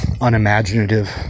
unimaginative